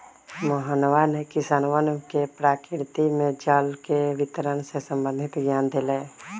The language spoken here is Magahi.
मोहनवा ने किसनवन के प्रकृति में जल के वितरण से संबंधित ज्ञान देलय